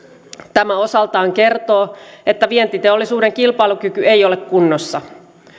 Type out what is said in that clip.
tämä osaltaan kertoo sen että vientiteollisuuden kilpailukyky ei ole kunnossa